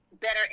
better